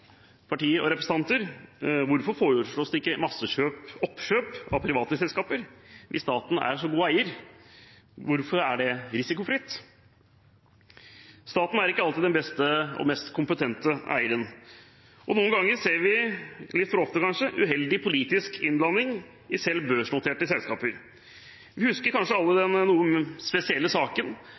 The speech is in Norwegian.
og representanter: Hvorfor foreslås det ikke masseoppkjøp av private selskaper hvis staten er en så god eier? Hvorfor er det risikofritt? Staten er ikke alltid den beste og mest kompetente eieren. Og noen ganger ser vi – litt for ofte, kanskje – uheldig politisk innblanding i selv børsnoterte selskaper. Vi husker kanskje alle den noe spesielle saken